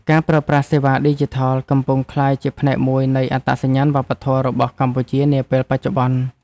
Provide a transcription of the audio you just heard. ការប្រើប្រាស់សេវាឌីជីថល កំពុងក្លាយជាផ្នែកមួយនៃអត្តសញ្ញាណវប្បធម៌របស់កម្ពុជានាពេលបច្ចុប្បន្ន។